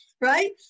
right